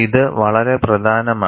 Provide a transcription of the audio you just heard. ഇത് വളരെ പ്രധാനമാണ്